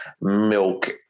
milk